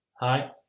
Hi